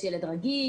יש ילד רגיש?